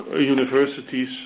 universities